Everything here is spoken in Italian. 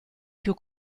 più